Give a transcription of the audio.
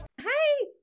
Hi